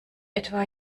etwa